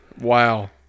wow